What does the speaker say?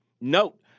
Note